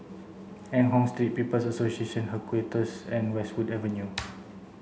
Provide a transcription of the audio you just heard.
Eng Hoon Street People's Association Headquarters and Westwood Avenue